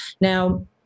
Now